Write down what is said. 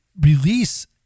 release